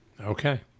Okay